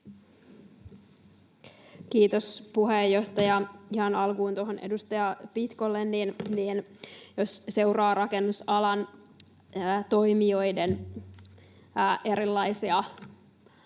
Kiitos, puheenjohtaja! Ihan alkuun edustaja Pitkolle: Jos seuraa rakennusalan toimijoiden erilaisia